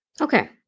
Okay